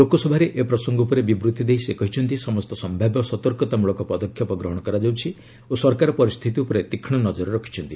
ଲୋକସଭାରେ ଏ ପ୍ରସଙ୍ଗ ଉପରେ ବିବୃତ୍ତି ଦେଇ ସେ କହିଛନ୍ତି ସମସ୍ତ ସମ୍ଭାବ୍ୟ ସତର୍କତାମଳକ ପଦକ୍ଷେପ ଗ୍ରହଣ କରାଯାଉଛି ଓ ସରକାର ପରିସ୍ଥିତି ଉପରେ ତୀକ୍ଷ ନଜର ରଖିଛନ୍ତି